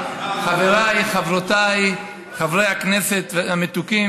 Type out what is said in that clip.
חבריי וחברותיי חברי הכנסת המתוקים